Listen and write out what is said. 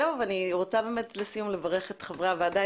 לסיום אני רוצה לברך את חברי הוועדה,